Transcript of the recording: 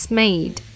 made